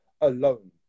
alone